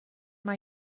مونس